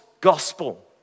gospel